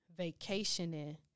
vacationing